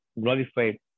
glorified